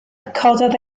cododd